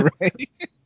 Right